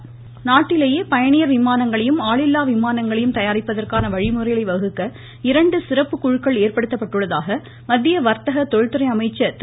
சுரேஷ்பிரபு நாட்டிலேயே பயணியர் விமானங்களையும் ஆளில்லா விமானங்களையும் தயாரிப்பதற்கான வழிமுறைகளை வகுக்க இரண்டு சிறப்பு குழுக்கள் ஏற்படுத்தப்பட்டிருப்பதாக மத்திய வர்த்த தொழில்துறை அமைச்சர் திரு